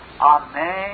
Amen